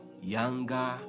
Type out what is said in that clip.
younger